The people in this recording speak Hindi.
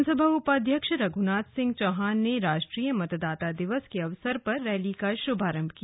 विधानसभा उपाध्यक्ष रघुनाथ सिंह चौहान ने राष्ट्रीय मतदाता दिवस के अवसर पर रैली का शुभारम्भ किया